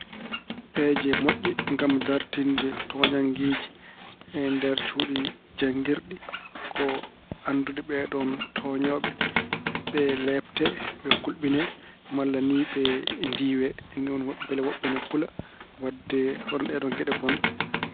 Peeje moƴƴe ngam dartinde tooñanngeeje e nder cuuɗi janngirɗi ko anndude ɓeeɗoon tooñooɓe. Ɓe leepte, ɓe kulɓine malla ni ɓe ndiiwe ni woni mbele wonɓe ene kula waɗde hono ɗeeɗoon geɗe bonɗe.